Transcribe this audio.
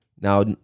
Now